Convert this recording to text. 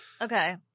Okay